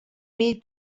mig